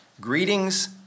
Greetings